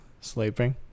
Sleeping